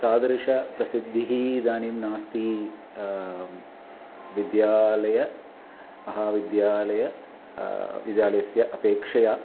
तादृशप्रसिद्धिः इदानीं नास्ति विद्यालयः महाविद्यालयः विद्यालयस्य अपेक्षया